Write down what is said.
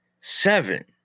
seven